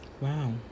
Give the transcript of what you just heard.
Wow